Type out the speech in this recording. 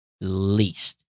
least